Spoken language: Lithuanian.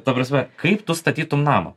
ta prasme kaip tu statytum namą